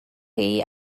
chi